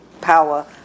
power